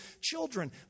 children